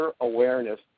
awareness